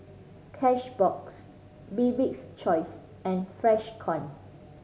Cashbox Bibik's Choice and Freshkon